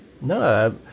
No